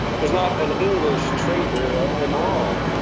there's not an english traitor of them all,